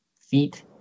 feet